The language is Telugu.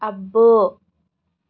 అబ్బో